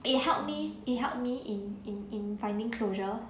it helped me it helped me in in in finding closure